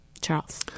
Charles